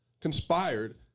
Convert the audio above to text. conspired